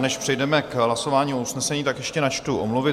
Než přejdeme k hlasování o usnesení, ještě načtu omluvy.